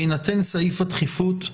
בהינתן סעיף הדחיפות,